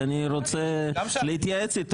כי אני רוצה להתייעץ.